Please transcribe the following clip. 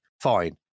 fine